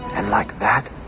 and like that,